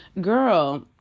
Girl